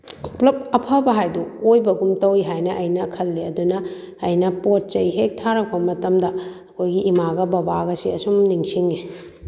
ꯄꯨꯂꯞ ꯑꯐꯕ ꯍꯥꯏꯕꯗꯣ ꯑꯣꯏꯕꯒꯨꯝ ꯇꯧꯋꯤ ꯍꯥꯏꯅ ꯑꯩꯅ ꯈꯜꯂꯤ ꯑꯗꯨꯅ ꯑꯩꯅ ꯄꯣꯠ ꯆꯩ ꯍꯦꯛ ꯊꯥꯔꯛꯄ ꯃꯇꯝꯗ ꯑꯩꯈꯣꯏꯒꯤ ꯏꯃꯥꯒ ꯕꯕꯥꯒꯁꯦ ꯑꯁꯨꯝ ꯅꯤꯡꯁꯤꯡꯉꯤ